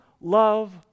love